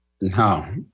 No